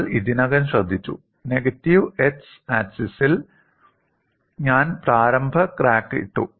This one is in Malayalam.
നമ്മൾ ഇതിനകം ശ്രദ്ധിച്ചു നെഗറ്റീവ് എക്സ് ആക്സിസിൽ ഞാൻ പ്രാരംഭ ക്രാക്ക് ഇട്ടു